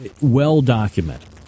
well-documented